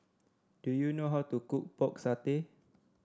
do you know how to cook Pork Satay